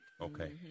okay